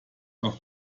noch